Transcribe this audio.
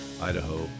Idaho